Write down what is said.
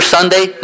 Sunday